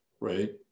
right